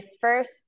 first